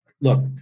look